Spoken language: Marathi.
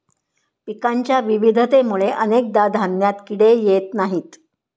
पिकांच्या विविधतेमुळे अनेकदा धान्यात किडे येत नाहीत